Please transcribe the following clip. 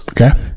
Okay